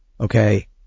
Okay